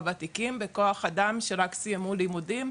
והוותיקים בכוח אדם שרק סיימו לימודים,